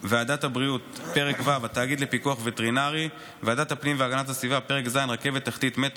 פרק ח' גמלאות וקצבת גישור, למעט סעיפים 30(4),